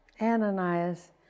Ananias